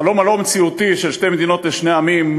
החלום הלא-מציאותי של שתי מדינות לשני עמים,